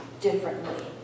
differently